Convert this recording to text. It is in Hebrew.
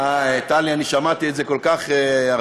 איי, טלי, אני שמעתי את זה כל כך הרבה.